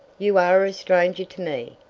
you are a stranger to me,